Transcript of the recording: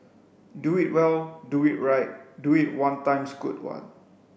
do it well do it right do it one times good one